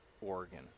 Oregon